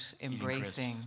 embracing